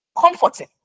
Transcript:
comforting